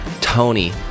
tony